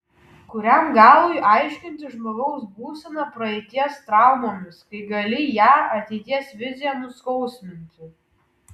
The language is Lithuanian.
kuriam galui aiškinti žmogaus būseną praeities traumomis kai gali ją ateities vizija nuskausminti